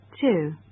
Two